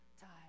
time